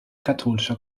katholischer